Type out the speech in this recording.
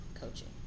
coaching